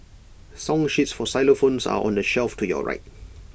song sheets for xylophones are on the shelf to your right